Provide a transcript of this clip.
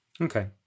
Okay